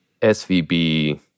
SVB